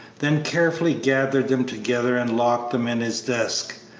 then carefully gathered them together and locked them in his desk,